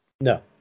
No